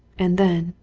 and then,